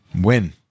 Win